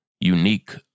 unique